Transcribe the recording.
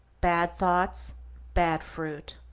bad thoughts bad fruit.